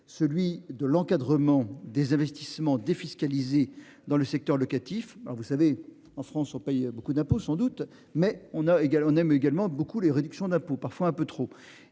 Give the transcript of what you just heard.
celui de l'encadrement des investissements défiscalisés dans le secteur locatif, alors vous savez en France on paye beaucoup d'impôts sans doute mais on a égal, on aime également beaucoup les réductions d'impôts parfois un peu trop